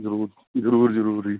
ਜ਼ਰੂਰ ਜ਼ਰੂਰ ਜ਼ਰੂਰ ਜੀ